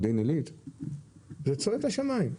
זה צועק לשמים.